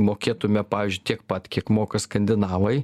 mokėtume pavyzdžiui tiek pat kiek moka skandinavai